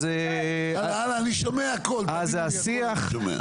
אני שומע הכל תאמינו לי אני שומע.